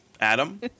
Adam